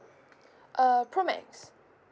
uh pro max